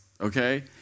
okay